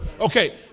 Okay